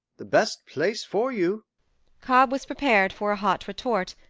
the best place for you cobb was prepared for a hot retort,